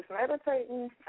meditating